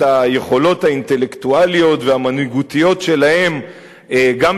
היכולות האינטלקטואליות והמנהיגותיות שלהם גם,